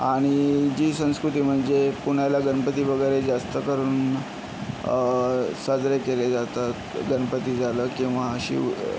आणि जी संस्कृती म्हणजे पुण्याला गणपती वगैरे जास्त करून साजरे केले जातात गणपती झालं किंवा शिव